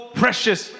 precious